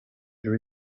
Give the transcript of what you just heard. there